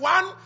One